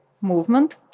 movement